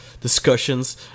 discussions